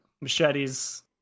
Machetes